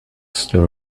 still